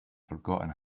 forgotten